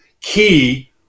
key